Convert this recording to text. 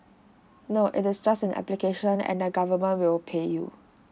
no it is just an application and then government will pay you